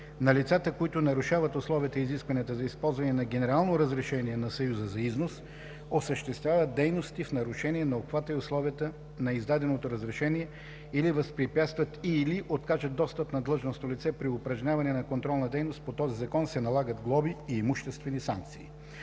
На лицата, които нарушават условията и изискванията за използване на генерално разрешение на Съюза за износ, осъществяват дейности в нарушение на обхвата и условията на издаденото разрешение или възпрепятстват и/или откажат достъп на длъжностно лице при упражняване на контролна дейност по този закон, се налагат глоби и имуществени санкции.